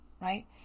right